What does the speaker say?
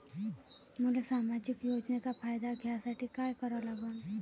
मले सामाजिक योजनेचा फायदा घ्यासाठी काय करा लागन?